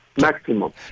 Maximum